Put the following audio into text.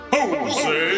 Jose